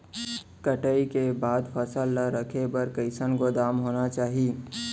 कटाई के बाद फसल ला रखे बर कईसन गोदाम होना चाही?